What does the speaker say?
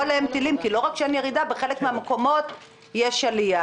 עליהם טילים כי לא רק שאין ירידה אלא בחלק מן המקומות יש עלייה.